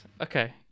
Okay